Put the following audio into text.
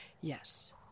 yes